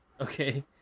Okay